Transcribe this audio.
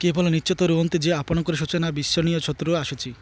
କେବଳ ନିଶ୍ଚିତ ରୁହନ୍ତୁ ଯେ ଆପଣଙ୍କ ସୂଚନା ବିଶ୍ୱସନୀୟ ସୂତ୍ରରୁ ଆସିଛି